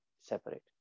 separate